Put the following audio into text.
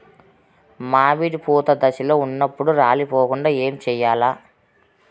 మామిడి పూత దశలో ఉన్నప్పుడు రాలిపోకుండ ఏమిచేయాల్ల?